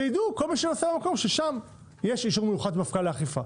שיידע כל מי שנוסע במקום ששם יש אישור מיוחד מהמפכ"ל לאכיפה.